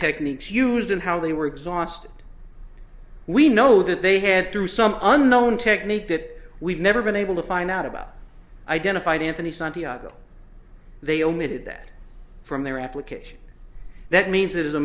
techniques used and how they were exhausted we know that they had through some unknown technique that we've never been able to find out about identified anthony santiago they omitted that from their application that